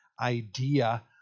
idea